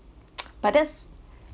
but that's